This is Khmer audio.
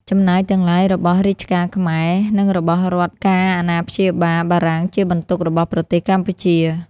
ចំណាយទាំងឡាយរបស់រាជការខ្មែរ និងរបស់រដ្ឋការអាណាព្យាបាលបារាំងជាបន្ទុករបស់ប្រទេសកម្ពុជា។